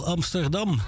Amsterdam